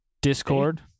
Discord